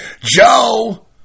joe